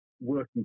working